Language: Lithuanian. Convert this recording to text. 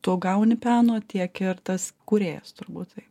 tu gauni peno tiek ir tas kūrėjas turbūt taip